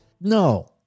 no